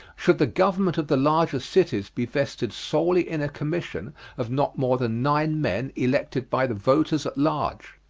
should the government of the larger cities be vested solely in a commission of not more than nine men elected by the voters at large?